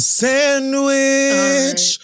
sandwich